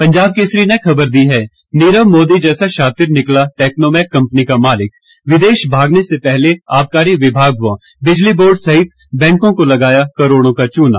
पंजाब केसरी ने खबर दी है नीरव मोदी जैसा शातिर निकला टैक्नोमैक कंपनी का मालिक विदेश भागने से पहले आबकारी विभाग व बिजली बोर्ड सहित बैंकों को लगाया करोड़ों का चूना